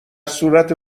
صورت